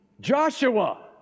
Joshua